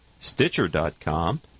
Stitcher.com